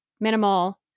minimal